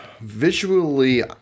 Visually